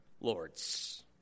lords